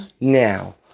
Now